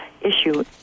issue